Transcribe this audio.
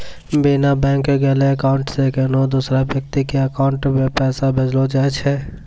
बिना बैंक गेलैं अकाउंट से कोन्हो दोसर व्यक्ति के अकाउंट मे पैसा भेजलो जाय छै